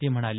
ते म्हणाले